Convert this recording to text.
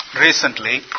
recently